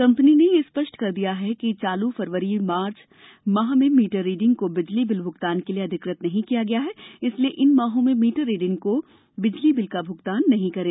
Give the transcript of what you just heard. company ने यह स्पष्ट किया है कि चालू फरवरी मार्च माह में मीटर रीडर को बिजली बिल भुगतान के लिए अधिकृत नहीं किया गया है इसलिए इन माहों में मीटर रीडर को बिजली बिल का भुगतान नहीं करें